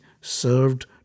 served